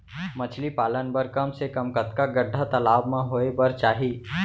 मछली पालन बर कम से कम कतका गड्डा तालाब म होये बर चाही?